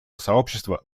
сообщества